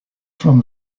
from